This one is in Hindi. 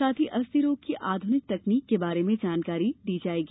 साथ ही अस्थि रोग की आधुनिक तकनीक के बारे में जानकारी दी जायेगी